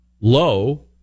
low